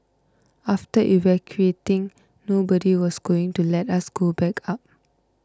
after evacuating nobody was going to let us go back up